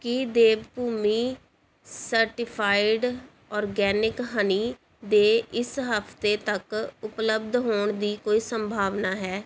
ਕੀ Dev Bhoomi certified organic honey ਦੇ ਇਸ ਹਫ਼ਤੇ ਤੱਕ ਉਪਲੱਬਧ ਹੋਣ ਦੀ ਕੋਈ ਸੰਭਾਵਨਾ ਹੈ